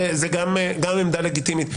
זו גם עמדה לגיטימית.